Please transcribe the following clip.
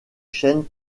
chaînes